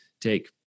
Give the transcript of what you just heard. take